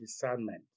discernment